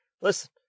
listen